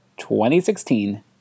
2016